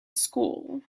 school